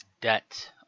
debt